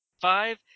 Five